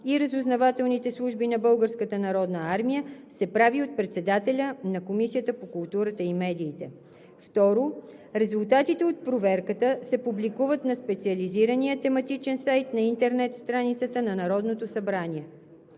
и разузнавателните служби на Българската народна армия се прави от председателя на Комисията по културата и медиите. 2. Резултатите от проверката се публикуват на специализирания тематичен сайт на интернет страницата на Народното събрание.